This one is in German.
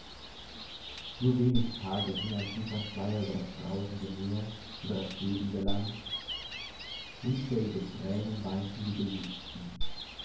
nur wenig tage hing ein tiefer schleier über das brausende meer über das bebende land unzählige tränen weinten die geliebten